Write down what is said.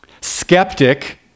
skeptic